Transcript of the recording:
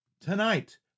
Tonight